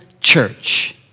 church